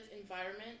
environment